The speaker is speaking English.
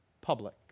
public